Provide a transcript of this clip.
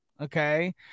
Okay